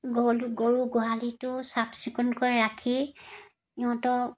গৰু গৰু গোহালিটো চাফ চিকুণকৈ ৰাখি ইহঁতক